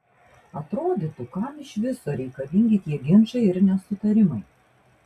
atrodytų kam iš viso reikalingi tie ginčai ir nesutarimai